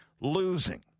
losing